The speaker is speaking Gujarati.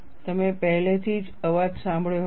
તમે પહેલેથી જ અવાજ સાંભળ્યો હશે